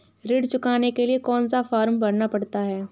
ऋण चुकाने के लिए कौन सा फॉर्म भरना पड़ता है?